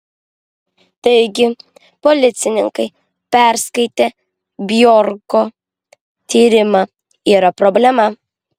taigi policininkai perskaitę bjorko tyrimą yra problema